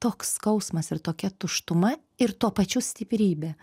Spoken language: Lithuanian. toks skausmas ir tokia tuštuma ir tuo pačiu stiprybė